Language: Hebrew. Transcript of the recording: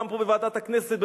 גם פה בוועדת הכנסת,